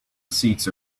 seats